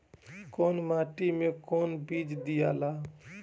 कौन माटी मे कौन बीज दियाला?